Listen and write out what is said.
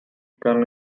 come